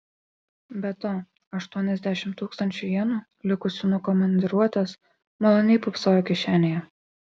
be to aštuoniasdešimt tūkstančių jenų likusių nuo komandiruotės maloniai pūpsojo kišenėje